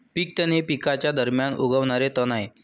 पीक तण हे पिकांच्या दरम्यान उगवणारे तण आहे